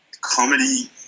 Comedy